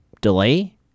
delay